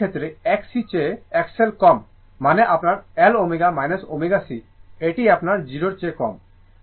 কারণ এই ক্ষেত্রে Xc চেয়ে XL কম মানে আপনার L ω ω c এটি আপনার 0 এর কম